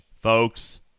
folks